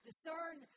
Discern